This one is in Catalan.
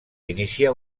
iniciar